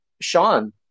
sean